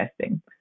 testing